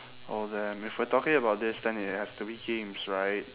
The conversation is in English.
oh then if we're talking about this then it has to be games right